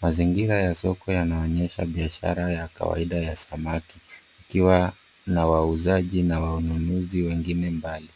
Mazingira ya soko yanaonyesha biashara ya kawaida ya samaki ikiwa na wauzaji na wanunuzi wengine mbali.